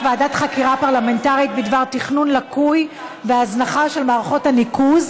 ועדת חקירה פרלמנטרית בדבר תכנון לקוי והזנחה של מערכות הניקוז,